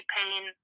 pain